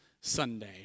Sunday